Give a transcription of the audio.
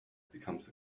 becomes